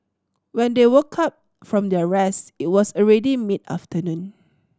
when they woke up from their rest it was already mid afternoon